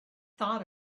thought